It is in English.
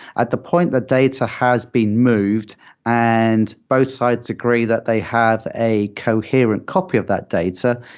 at the point that data has been moved and both sides agree that they have a coherent copy of that data,